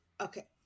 Okay